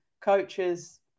coaches